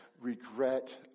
regret